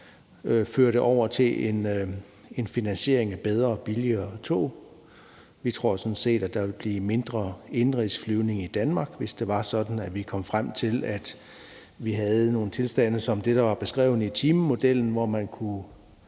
det over til en finansiering af bedre og billigere tog. Vi tror sådan set, at der ville blive mindre indenrigsflyvning i Danmark, hvis det var sådan, at vi kom frem til, at vi havde nogle tilstande som det, der var beskrevet i timemodellen, hvor man på en